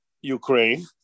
Ukraine